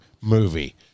movie